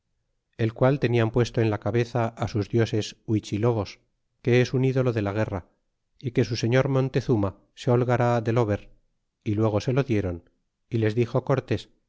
el qual tenian puesto en la cabeza sus dioses huichilobos que es su ídolo de la guerra y que su señor montezuma se holgar de lo ver y luego se lo diéron y les dixo cortés